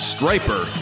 Striper